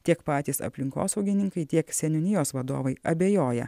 tiek patys aplinkosaugininkai tiek seniūnijos vadovai abejoja